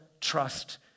trust